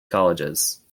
colleges